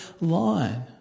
line